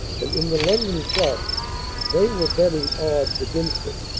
and in the london clubs they were betting odds against it.